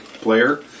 player